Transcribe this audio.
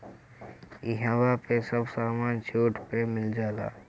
इहवा पे सब समान छुट पे मिल जाला